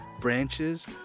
branches